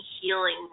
healing